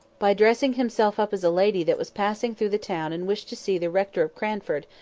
by dressing himself up as a lady that was passing through the town and wished to see the rector of cranford,